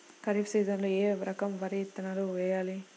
ఖరీఫ్ సీజన్లో ఏ రకం వరి విత్తనాలు వేయాలి?